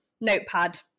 notepad